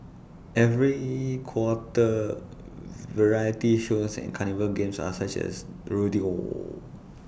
every quarter variety shows and carnival games are such as rodeo